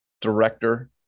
director